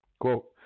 Quote